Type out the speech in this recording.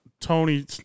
Tony